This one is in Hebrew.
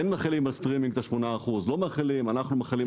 אם כן מחילים על הסטרימינג את ה-8% או לא מחילים אנחנו מחילים